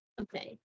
Okay